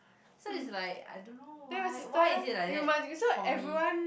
so it's like I don't know why why is it like that for me